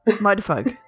Mudfog